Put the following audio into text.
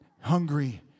hungry